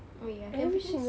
oh ya tampines